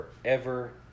forever